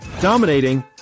dominating